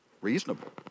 reasonable